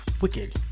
Wicked